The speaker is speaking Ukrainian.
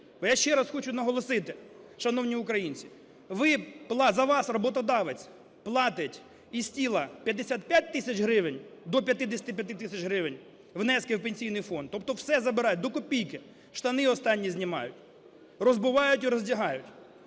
я ще раз хочу наголосити, шановні укр аїнці, за вас роботодавець платить із тіла 55 тисяч гривень до 55 тисяч гривень внески в Пенсійний фонд. Тобто все забирають до копійки, штани останні знімають, розбивають і роздягають,